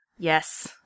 Yes